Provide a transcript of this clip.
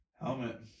Helmet